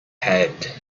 head